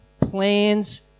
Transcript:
plans